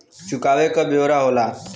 चुकावे क ब्योरा होला